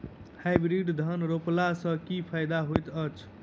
Hybrid धान रोपला सँ की फायदा होइत अछि?